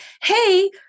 Hey